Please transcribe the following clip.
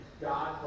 God